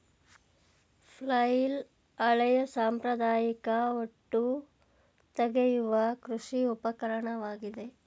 flail ಹಳೆಯ ಸಾಂಪ್ರದಾಯಿಕ ಹೊಟ್ಟು ತೆಗೆಯುವ ಕೃಷಿ ಉಪಕರಣವಾಗಿದೆ